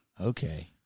okay